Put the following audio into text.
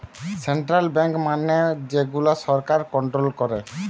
central bank মানে যে গুলা সরকার কন্ট্রোল করে